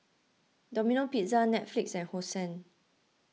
Domino Pizza Netflix and Hosen